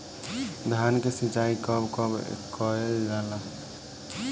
धान के सिचाई कब कब कएल जाला?